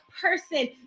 person